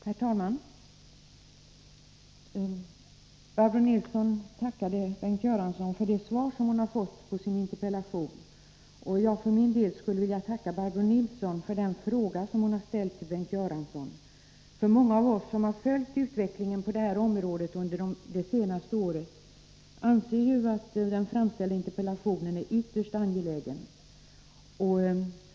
Herr talman! Barbro Nilsson i Örnsköldsvik tackade Bengt Göransson för det svar som hon har fått på sin interpellation. Jag för min del skulle vilja tacka Barbro Nilsson för den fråga som hon har ställt till Bengt Göransson. Många av oss som har följt utvecklingen på det här området under det senaste året anser att den framställda interpellationen är ytterst angelägen.